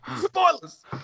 Spoilers